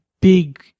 big